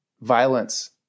violence